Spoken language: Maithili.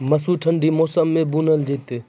मसूर ठंडी मौसम मे बूनल जेतै?